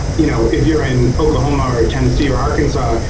you know if you're in oklahoma or, tennessee or arkansas?